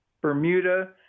Bermuda